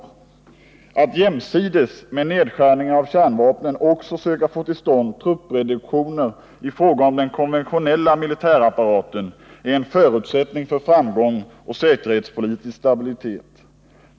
Om regeringens Att jämsides med nedskärningar av kärnvapnen också söka få till stånd syn på den militära truppreduktioner i fråga om den konventionella militärapparaten är en — upprustningen i förutsättning för framgång och säkerhetspolitisk stabilitet.